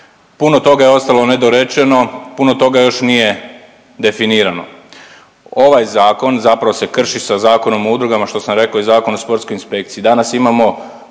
Puno toga je ostalo nedorečeno, puno toga još nije definirano. Ovaj zakon se zapravo krši sa Zakonom o udrugama što sam rekao i Zakonom o sportskoj inspekciji, danas imamo